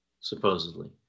supposedly